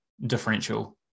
differential